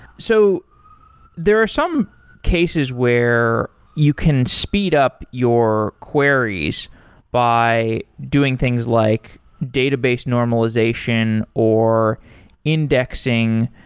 so there are some cases where you can speed up your queries by doing things like database normalization or indexing.